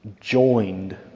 joined